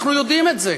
אנחנו יודעים את זה.